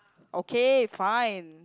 okay fine